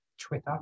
Twitter